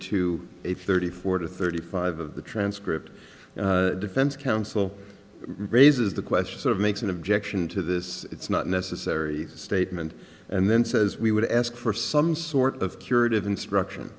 two thirty four to thirty five of the transcript defense counsel raises the question sort of makes an objection to this it's not necessary statement and then says we would ask for some sort of curative instruction